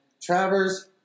Travers